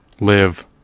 live